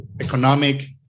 economic